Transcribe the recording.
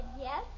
yes